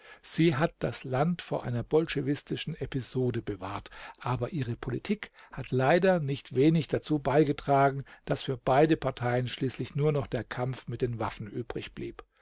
sie hat das land vor einer bolschewistischen episode bewahrt aber ihre politik hat leider nicht wenig dazu beigetragen daß für beide parteien schließlich nur noch der kampf mit den waffen übrig